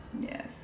yes